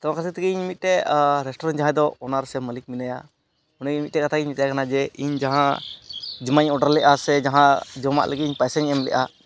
ᱛᱚ ᱚᱱᱟ ᱠᱷᱧᱟᱹᱛᱤᱨ ᱛᱮᱜᱮ ᱤᱧ ᱢᱤᱫᱴᱮᱡ ᱨᱮᱥᱴᱩᱨᱮᱱᱴ ᱡᱟᱦᱟᱸᱭ ᱫᱚ ᱚᱱᱟᱨ ᱥᱮ ᱢᱟᱹᱞᱤᱠ ᱢᱮᱱᱟᱭᱟ ᱩᱱᱤ ᱢᱤᱫᱴᱮᱡ ᱠᱟᱛᱷᱟᱧ ᱢᱮᱛᱟᱭ ᱠᱟᱱᱟ ᱡᱮ ᱤᱧ ᱡᱟᱦᱟᱸ ᱡᱚᱢᱟᱜᱤᱧ ᱚᱰᱟᱨ ᱞᱮᱫᱟ ᱥᱮ ᱡᱟᱦᱟᱸ ᱡᱚᱢᱟᱜ ᱞᱟᱹᱜᱤᱫ ᱤᱧ ᱯᱟᱭᱥᱟᱧ ᱮᱢᱞᱮᱫᱼᱟ